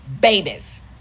babies